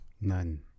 None